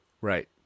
Right